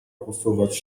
posuwać